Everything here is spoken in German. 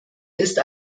ist